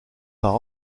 par